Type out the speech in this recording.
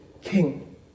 king